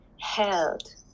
held